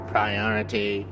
Priority